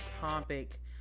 topic